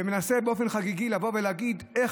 ומנסה באופן חגיגי לבוא ולהגיד: איך